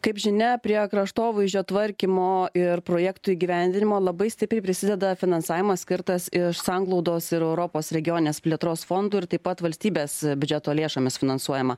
kaip žinia prie kraštovaizdžio tvarkymo ir projektų įgyvendinimo labai stipriai prisideda finansavimas skirtas iš sanglaudos ir europos regioninės plėtros fondų ir taip pat valstybės biudžeto lėšomis finansuojama